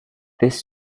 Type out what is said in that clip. this